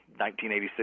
1986